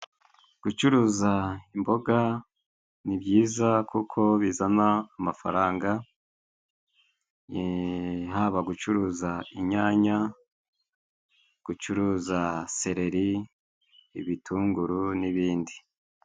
Gucuruza imboga ni byiza kuko bizana amafaranga haba gucuruza inyanya ,gucuruza seleri, ibitunguru n'ibindi.